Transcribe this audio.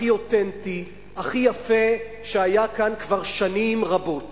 הכי אותנטי, הכי יפה שהיה כאן כבר שנים רבות.